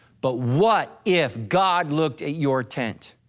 but what if god looked at your tent?